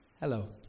Hello